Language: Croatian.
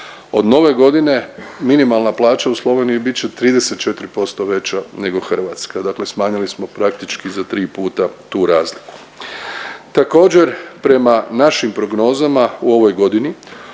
Od nove godine minimalna plaća u Sloveniji bit će 34% veća nego Hrvatska, dakle smanjili smo praktički za tri puta tu razliku. Također prema našim prognozama u ovoj godini